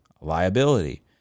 liability